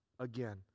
Again